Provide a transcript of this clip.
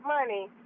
money